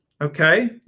okay